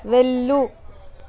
వెళ్ళు